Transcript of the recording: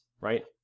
right